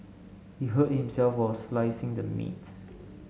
he hurt himself while slicing the meat